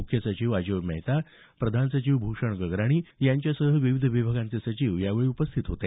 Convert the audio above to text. मुख्य सचिव अजोय मेहता प्रधान सचिव भूषण गगराणी यांच्यासह विविध विभागाचे सचिव यावेळी उपस्थित होते